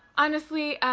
honestly,